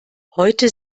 heute